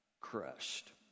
crushed